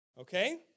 Okay